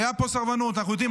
הייתה פה סרבנות, אנחנו יודעים.